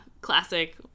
classic